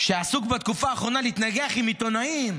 שעסוק בתקופה האחרונה בהתנגחות עם עיתונאים,